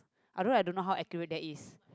although I don't know how accurate that is